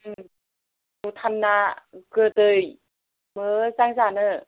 भुटानना गोदै मोज्जां जानो